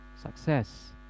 Success